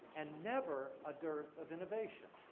and never a dearth of innovation.